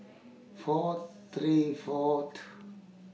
four three Fort